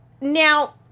now